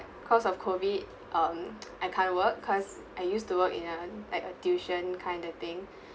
because of COVID um I can't work because I used to work in a like a tuition kinda thing